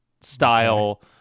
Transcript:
style